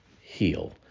heal